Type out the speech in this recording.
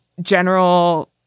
general